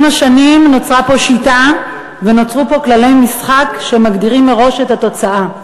עם השנים נוצרה פה שיטה ונוצרו פה כללי משחק שמגדירים מראש את התוצאה.